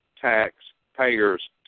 taxpayers